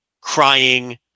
crying